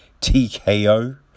TKO